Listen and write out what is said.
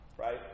right